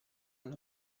alla